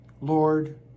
Lord